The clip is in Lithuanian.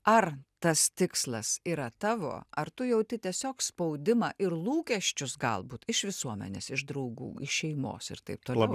ar tas tikslas yra tavo ar tu jauti tiesiog spaudimą ir lūkesčius galbūt iš visuomenės iš draugų iš šeimos ir taip toliau